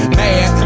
mad